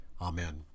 Amen